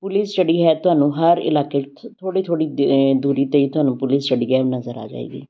police ਜਿਹੜੀ ਹੈ ਤੁਹਾਨੂੰ ਹਰ ਇਲਾਕੇ ਥੋੜ੍ਹੀ ਥੋੜ੍ਹੀ ਦੂਰੀ 'ਤੇ ਤੁਹਾਨੂੰ ਪੁਲਿਸ ਜਿਹੜੀ ਹੈ ਉਹ ਨਜ਼ਰ ਆ ਜਾਵੇਗੀ